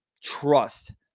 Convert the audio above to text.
trust